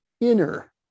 inner